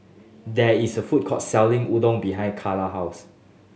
there is a food court selling Udon behind Kylan house